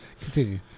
continue